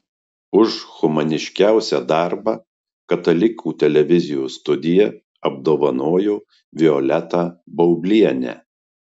už humaniškiausią darbą katalikų televizijos studija apdovanojo violetą baublienę